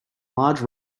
large